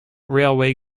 railway